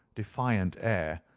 defiant air,